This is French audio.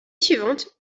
suivante